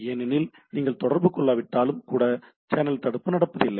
ஏனெனில் நீங்கள் தொடர்பு கொள்ளாவிட்டாலும் கூட சேனல் தடுப்பு நடப்பதில்லை